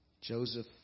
Joseph